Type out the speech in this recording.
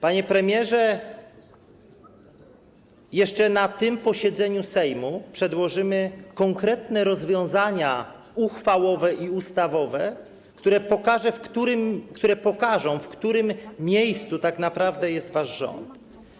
Panie premierze, jeszcze na tym posiedzeniu Sejmu przedłożymy konkretne rozwiązania uchwałowe i ustawowe, które pokażą, w którym miejscu tak naprawdę jest wasz rząd.